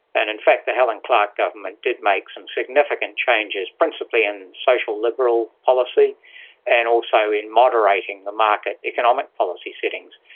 and in fact the helen clark government did make some significant changes, principally in social liberal policy and also in moderating the market economic policy settings.